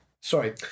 Sorry